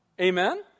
Amen